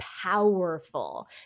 Powerful